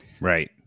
Right